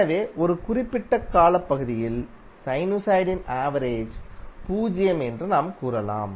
எனவே ஒரு குறிப்பிட்ட காலப்பகுதியில் சைனுசாய்டின் ஆவரேஜ் பூஜ்ஜியம் என்று நாம் கூறலாம்